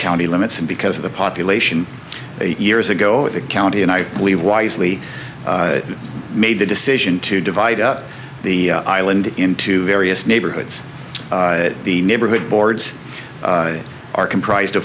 county limits and because of the population eight years ago the county and i believe wisely made the decision to divide up the island into various neighborhoods the neighborhood boards are comprised of